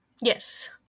Yes